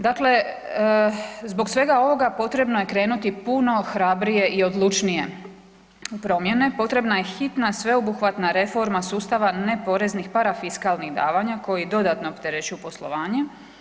Dakle, zbog svega ovoga potrebno je krenuti puno hrabrije i odlučnije u promjene, potrebna je hitna, sveobuhvatna reforma sustava neporeznih parafiskalnih davanja koji dodatno opterećuju poslovanje.